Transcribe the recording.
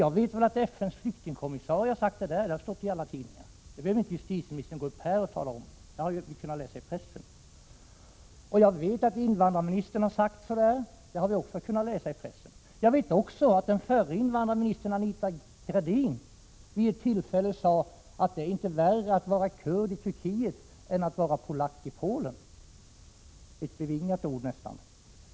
Jag vet väl att FN:s flyktingkommissarie har sagt det som justitieministern här återgett. Det har ju stått i alla tidningar, så det behöver inte justitieministern gå upp här och tala om. Den saken har vi, som sagt, kunnat läsa om i pressen. Jag vet också att invandrarministern har sagt det som justitieministern återgav. Också det har vi alltså kunnat läsa om i pressen. Vidare vet jag att förra invandrarministern Anita Gradin vid ett tillfälle har sagt att det inte är värre att vara kurd i Turkiet än att vara polack i Polen — det är nästan bevingade ord.